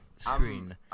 screen